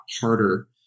harder